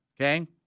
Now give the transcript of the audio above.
Okay